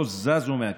לא זזו מהכיסא,